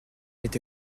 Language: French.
été